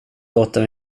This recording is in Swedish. låter